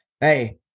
Hey